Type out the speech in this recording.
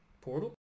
Portal